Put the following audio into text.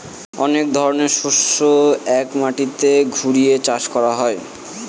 অনেক ধরনের শস্য এক মাটিতে ঘুরিয়ে চাষ করা হয়